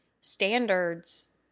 standards